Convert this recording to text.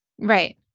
Right